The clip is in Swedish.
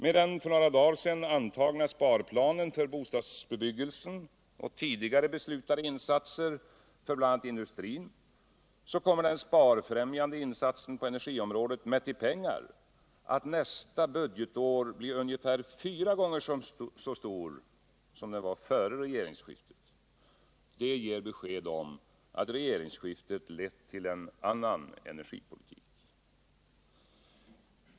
Med den för några dagar sedan antagna sparplanen för bostadsbebyggelsen och tidigare beslutade insatser för bl.a. industrin kommer den sparfrämjande insatsen på energiområdet mätt i pengar att nästa budgetår bli ungefär fyra gånger så stor som den var före regeringsskiftet. Det ger besked om att regeringsskiftet lett till en annan energipolitik.